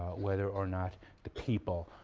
whether or not the people,